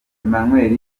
emmanuel